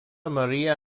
maria